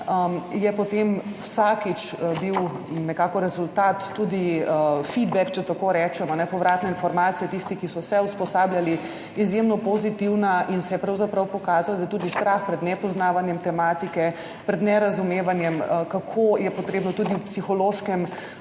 bil potem vsakič nekako rezultat, tudi feedback, če tako rečem, povratna informacija tistih, ki so se usposabljali, izjemno pozitivna in se je pravzaprav pokazalo, da obstaja tudi strah pred nepoznavanjem tematike, pred nerazumevanjem, kako je treba tudi v psihološkem,